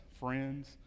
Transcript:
friends